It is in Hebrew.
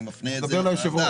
אני מפנה את זה לוועדה.